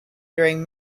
during